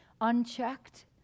unchecked